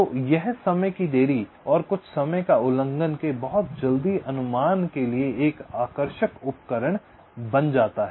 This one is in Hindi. तो यह समय की देरी और कुछ समय का उल्लंघन के बहुत जल्दी अनुमान के लिए एक आकर्षक उपकरण बन जाता है